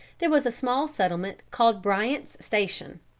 there was a small settlement called bryant's station.